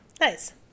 Nice